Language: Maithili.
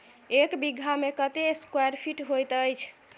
एक बीघा मे कत्ते स्क्वायर फीट होइत अछि?